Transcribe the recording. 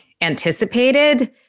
anticipated